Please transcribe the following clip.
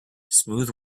smooth